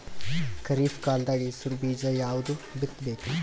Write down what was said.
ಖರೀಪ್ ಕಾಲದಾಗ ಹೆಸರು ಬೀಜ ಯಾವದು ಬಿತ್ ಬೇಕರಿ?